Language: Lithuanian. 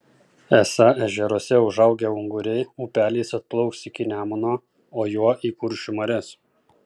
esą ežeruose užaugę unguriai upeliais atplauks iki nemuno o juo į kuršių marias